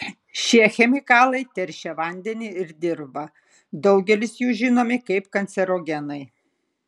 šie chemikalai teršia vandenį ir dirvą daugelis jų žinomi kaip kancerogenai